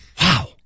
Wow